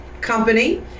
company